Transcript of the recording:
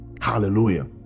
Hallelujah